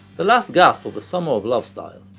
the last gasp of the summer of love style.